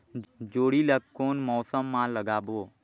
जोणी ला कोन मौसम मा लगाबो?